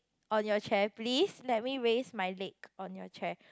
on your chair please let me raise my leg on your chair